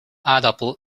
aardappel